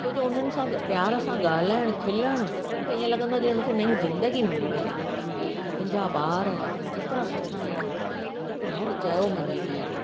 छो जो उन्हनि ग प्यार सां ॻाल्हाइणु खिलणु मूंखे ईअं लॻंदो आहे ॼणु मूंखे नई ज़िंदगी मिली वेई आहे मुंहिंजा ॿार एतिरा सुठा आहिनि जेको हर चयो मञींदा आहिनि